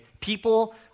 People